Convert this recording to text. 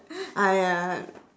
ah ya